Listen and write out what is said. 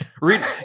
Read